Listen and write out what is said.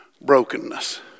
brokenness